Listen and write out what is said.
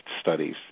studies